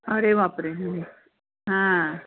अरे बापरे हां